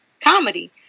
comedy